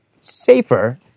safer